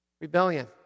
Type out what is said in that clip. Rebellion